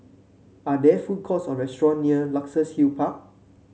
are there food courts or restaurant near Luxus Hill Park